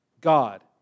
God